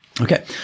Okay